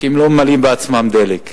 כי הם לא ממלאים בעצמם דלק,